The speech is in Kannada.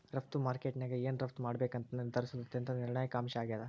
ರಫ್ತು ಮಾರುಕಟ್ಯಾಗ ಏನ್ ರಫ್ತ್ ಮಾಡ್ಬೇಕಂತ ನಿರ್ಧರಿಸೋದ್ ಅತ್ಯಂತ ನಿರ್ಣಾಯಕ ಅಂಶ ಆಗೇದ